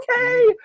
Okay